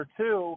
two